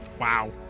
Wow